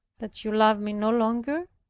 that you love me no longer.